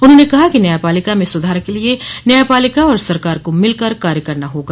उन्होंने कहा कि न्यायपालिका में सुधार के लिए न्याय पालिका और सरकार को मिल कर कार्य करना होगा